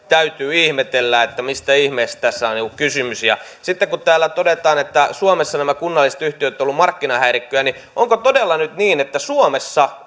täytyy ihmetellä mistä ihmeestä tässä on kysymys sitten kun täällä todetaan että suomessa nämä kunnalliset yhtiöt ovat olleet markkinahäirikköjä niin onko todella nyt niin että suomessa